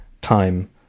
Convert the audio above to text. time